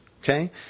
Okay